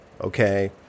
okay